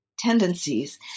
Tendencies